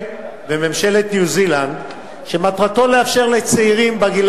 לממשלת ניו-זילנד שמטרתו לאפשר לצעירים בני